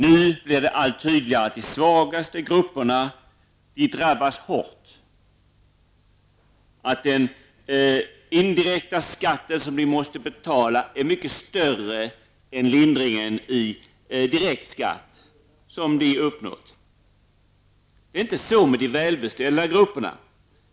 Nu blir det allt tydligare att de svagaste grupperna drabbas hårt, att den indirekta skatten som de måste betala är mycket större än den lindring i direkt skatt som de får. Det är inte på det sättet med de välbeställda grupperna.